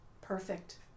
Perfect